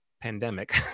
pandemic